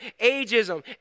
ageism